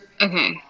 Okay